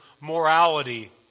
morality